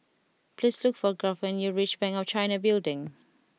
please look for Garth when you reach Bank of China Building